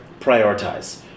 prioritize